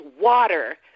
water